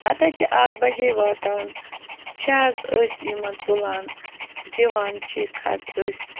پَتہٕ حظ چھِ اَکھ بَجے واتان چھِ حظ أسۍ یِمَن تُلان دِوان چھِکھ حظ أسۍ